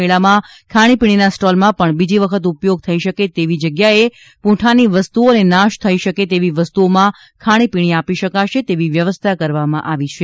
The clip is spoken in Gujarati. મેળામાં ખાણી પીણીના સ્ટોલમાં પણ બીજી વખત ઉપયોગ થઇ શકે તેવી જગ્યાએ પૂંઠાની વસ્તુઓ અને નાશ થઇ શકે તેવી વસ્તુમાં ખાણીપીણી આપી શકાશે તેવી વ્યવસ્થા કરવામાં આવી છે